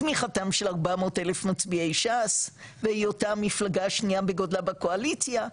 תמיכתם של 400 אלף מצביעי ש"ס והיותה המפלגה השנייה בגודלה בקואליציה,